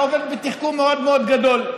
אתה עובד בתחכום מאוד מאוד גדול.